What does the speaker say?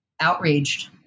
outraged